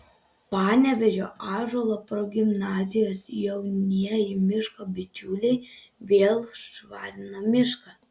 panevėžio ąžuolo progimnazijos jaunieji miško bičiuliai vėl švarino mišką